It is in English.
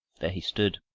there he stood!